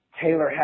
Taylor